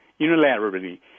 unilaterally